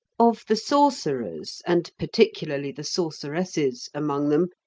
of the sorcerers, and particularly the sorceresses, among them,